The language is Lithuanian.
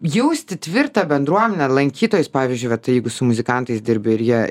jausti tvirtą bendruomenę lankytojus pavyzdžiui vat jeigu su muzikantais dirbi ir jie